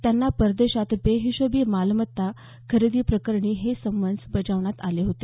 त्यांना परदेशात बेहिशेबी मालमत्ता खरेदी प्रकरणी हे समन्स बजावण्यात आले होते